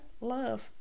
love